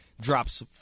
drops